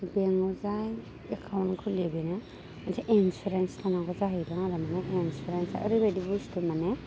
बेंकआव जाय एकाउन्ट खुलियो बेनो मोनसे इन्सुरेन्स थानांगौ जाहैदों आरो मानि इन्सुरेन्सआ ओरैबायदि बुस्तु मानि